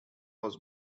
was